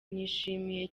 nishimye